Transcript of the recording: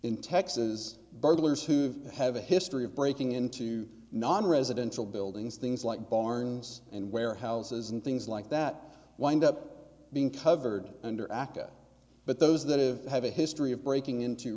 in texas burglars who have a history of breaking into nonresidential buildings things like barns and warehouses and things like that wind up being covered under aca but those that have have a history of breaking into